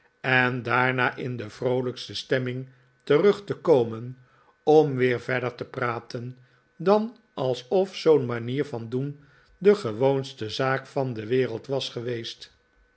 en daarna in de vroolijkste stemming terug te komen om weer verder te praten dan alsof zoo'n manier van doen de gewoonste zaak van de wereld was geweest